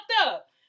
up